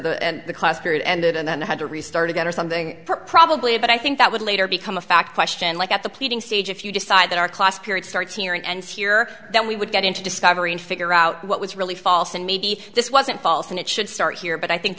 so the class period ended and then had to restart again or something probably but i think that would later become a fact question like at the pleading stage if you decide that our class period starts here and ends here then we would get into discovery and figure out what was really false and maybe this wasn't false and it should start here but i think